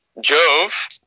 Jove